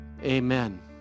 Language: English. amen